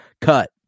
Cut